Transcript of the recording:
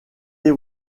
des